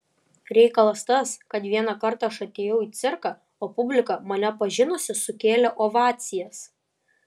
reikalas tas kad vienąkart aš atėjau į cirką o publika mane pažinusi sukėlė ovacijas